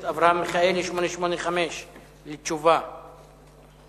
אברהם-בלילא שאלה את שר המשפטים ביום כ"א באייר התש"ע (5 במאי